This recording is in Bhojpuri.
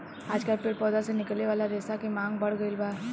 आजकल पेड़ पौधा से निकले वाला रेशा के मांग बढ़ गईल बा